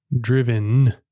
driven